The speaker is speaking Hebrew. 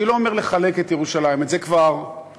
אני לא אומר לחלק את ירושלים, את זה כבר מיצינו.